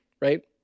Right